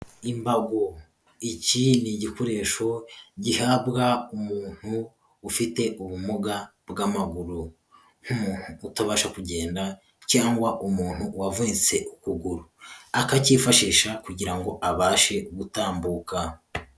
Imbago; iki ni igikoresho gihabwa umuntu ufite ubumuga bw'amaguru. Nk'umuntu utabasha kugenda cyangwa umuntu wavunitse ukuguru. Akacyifashisha kugira ngo abashe gutambuka.